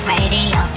Radio